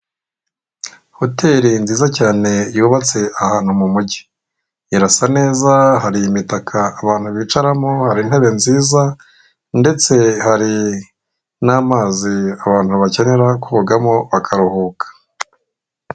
Umuhanda urimo ibimenyeto by'umuhanda, hakurya hakaba hari igikoresho gishinzwe gufotora imodoka zirimo zirirukanka. Icyapa kirimo kwaka mu itara ry'umutuku hakurya hakaba hari ibiti ndetse n'amapoto atwaye insinga z'amashanyarazi.